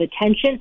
attention